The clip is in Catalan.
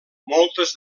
moltes